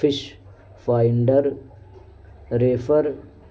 fish finder refer